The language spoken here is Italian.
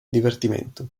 divertimento